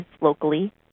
locally